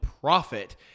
profit